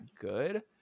good